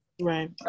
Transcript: Right